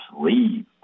leave